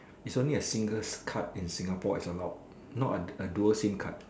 is only a singles card in Singapore is allowed not a A Dual Sim card